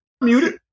Muted